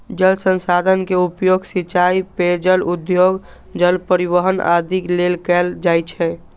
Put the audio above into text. जल संसाधन के उपयोग सिंचाइ, पेयजल, उद्योग, जल परिवहन आदि लेल कैल जाइ छै